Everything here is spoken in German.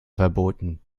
verboten